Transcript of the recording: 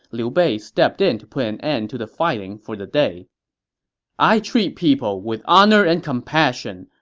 liu bei stepped in to put an end to the fighting for the day i treat people with honor and compassion,